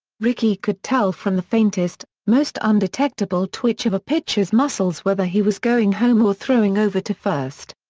rickey could tell from the faintest, most undetectable twitch of a pitcher's muscles whether he was going home or throwing over to first.